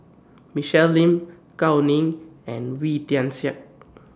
Michelle Lim Gao Ning and Wee Tian Siak